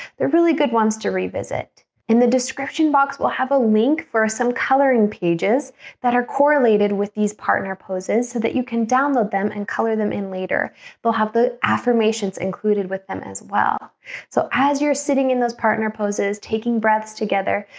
they're really good ones to revisit in the description box we'll have a link for some coloring pages that are correlated with these partner poses so that you can download them and color them in later they'll have the affirmations included with them as well so as you're sitting in those partner poses taking breaths together,